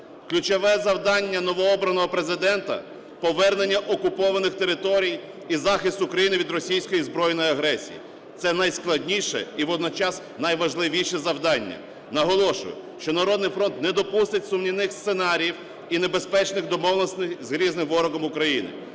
Ключове завдання новообраного Президента – повернення окупованих територій і захисту України від російської збройної агресії. Це найскладніше і водночас найважливіше завдання. Наголошую, що "Народний фронт" не допустить сумнівних сценаріїв і небезпечних домовленостей з грізним ворогом України.